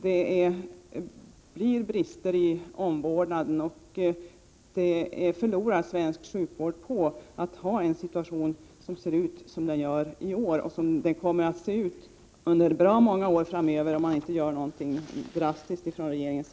Det blir brister i omvårdnaden, och svensk sjukvård förlorar på att ha en situation som ser ut som den gör i år och som den kommer att se ut under bra många år framöver om regeringen inte gör någonting drastiskt nu.